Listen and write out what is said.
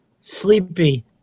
Sleepy